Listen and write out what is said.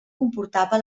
comportava